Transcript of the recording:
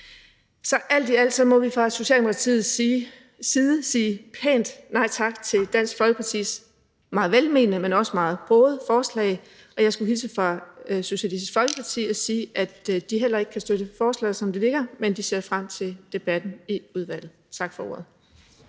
Så alt i alt må vi fra Socialdemokratiets side sige pænt nej tak til Dansk Folkepartis meget velmenende, men også meget brogede forslag. Og jeg skulle hilse fra Socialistisk Folkeparti og sige, at de heller ikke kan støtte forslaget, som det ligger, men at de ser frem til debatten i udvalget. Tak for ordet.